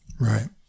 Right